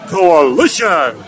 Coalition